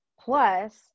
plus